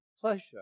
pleasure